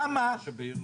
למה?